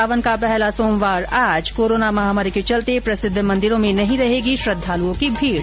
सावन का पहला सोमवार आज कोरोना महामारी के चलते प्रसिद्ध मंदिरों में नहीं रहेगी श्रद्धालुओं की भीड